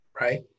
Right